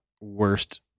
worst